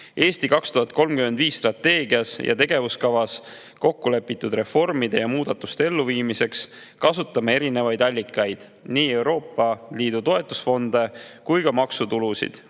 "Eesti 2035" strateegias ja tegevuskavas kokku lepitud reformide ja muudatuste elluviimiseks kasutame erinevaid allikaid, nii Euroopa Liidu toetusfonde kui ka maksutulusid,